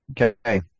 Okay